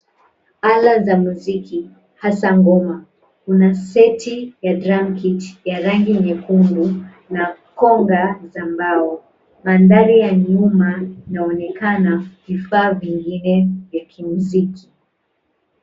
Ala za muziki, hasa ngoma. Kuna seti ya drum kit ya rangi nyekundu na koga za mbao. Bandari ya nyuma inaonekana vifaa vingine vya kimuziki.